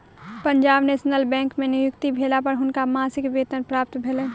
Punjab National Bank में नियुक्ति भेला पर हुनका मासिक वेतन प्राप्त भेलैन